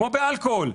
כמו באלכוהול,